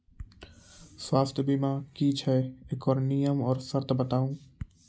स्वास्थ्य बीमा की छियै? एकरऽ नियम आर सर्त बताऊ?